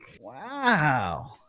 Wow